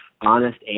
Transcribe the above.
honest